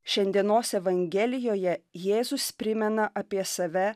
šiandienos evangelijoje jėzus primena apie save